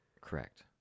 Correct